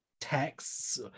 texts